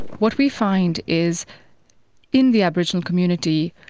what we find is in the aboriginal community,